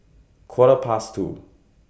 Quarter Past two